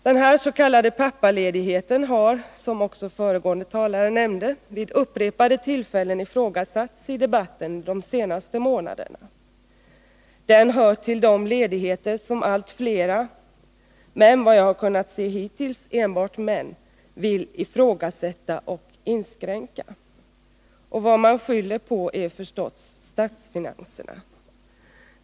Den här s.k. pappaledigheten har, som också föregående talare nämnde, vid upprepade tillfällen ifrågasatts i debatten de senaste månaderna. Den hör till de ledigheter som allt flera — men vad jag kunnat se hittills enbart män — vill ifrågasätta och inskränka. Vad man skyller på är förstås statsfinanserna.